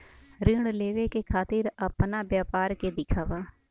ऋण लेवे के खातिर अपना व्यापार के दिखावा?